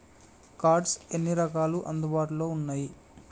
Cards ఎన్ని రకాలు అందుబాటులో ఉన్నయి?